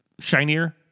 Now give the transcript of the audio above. shinier